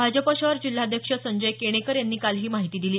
भाजप शहर जिल्हाध्यक्ष संजय केणेकर यांनी काल ही माहिती दिली